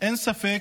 אין ספק